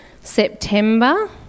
September